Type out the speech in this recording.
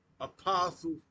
apostles